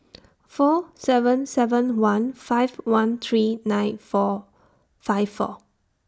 four seven seven one five one three nine five four